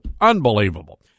Unbelievable